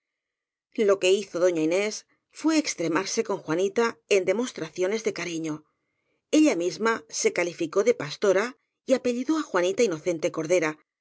lo que hizo doña inés fué extremarse con jua nita en demostraciones de cariño ella misma se calificó de pastora y apellidó á juanita inocente cordera